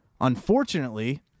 Unfortunately